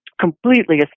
completely